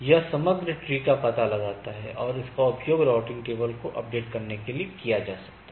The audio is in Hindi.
यह समग्र tree का पता लगाता है और इसका उपयोग राउटिंग टेबल को अपडेट करने के लिए किया जा सकता है